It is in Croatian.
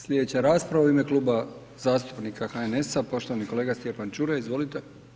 Sljedeća rasprava u ime Kluba zastupnika HNS-a, poštovani kolega Stjepan Čuraj, izvolite.